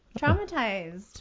Traumatized